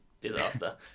disaster